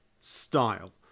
style